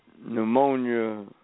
pneumonia